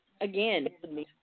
again